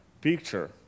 picture